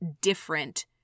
different